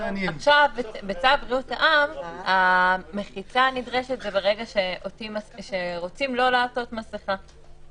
עכשיו בצו בריאות העם המחיצה הנדרשת זה ברגע שרוצים לא לעטות מסכה.